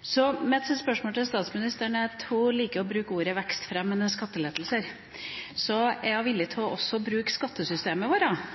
Så mitt spørsmål til statsministeren er: Hun liker å bruke ordene «vekstfremmende skattelettelser». Er hun villig til å bruke skattesystemet vårt